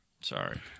Sorry